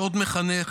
שעות מחנך,